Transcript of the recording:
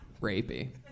rapey